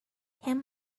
him